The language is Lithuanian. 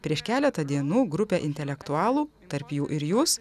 prieš keletą dienų grupė intelektualų tarp jų ir jūs